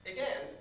Again